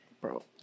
bro